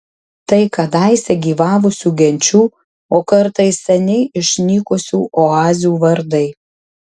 tai kadaise gyvavusių genčių o kartais seniai išnykusių oazių vardai